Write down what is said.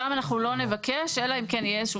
שם אנחנו לא נבקש אלא אם כן יהיה איזשהו